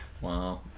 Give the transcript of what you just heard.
Wow